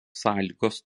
sąlygos